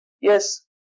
yes